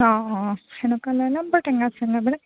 অঁ তেনেকুৱা লৈ ল'ম বাৰু টেঙা চেঙাবিলাক